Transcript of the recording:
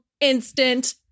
instant